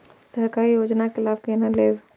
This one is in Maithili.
सरकारी योजना के लाभ केना लेब?